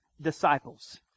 disciples